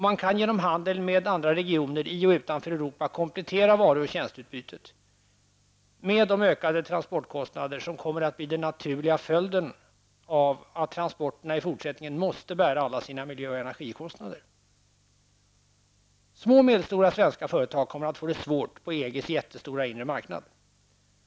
Man kan genom handel med andra regioner i och utanför Europa komplettera varu och tjänsteutbytet med de ökande transportkostnader som kommer att bli den naturliga följden av att transporterna i fortsättningen måste bära alla sina miljö och energikostnader. Små och medelstora svenska företag kommer att få det svårt på EGs jättestora inre marknad.